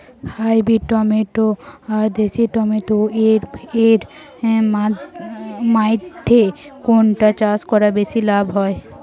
Hybrid tomato আর দেশি tomato এর মইধ্যে কোনটা চাষ করা বেশি লাভ হয়?